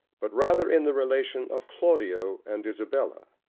but rather in the relation of claudio and isabella.